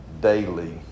daily